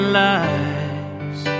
lives